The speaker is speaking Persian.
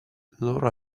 لورا